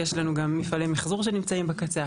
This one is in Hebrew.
יש לנו גם מפעלי מחזור שנמצאים בקצה.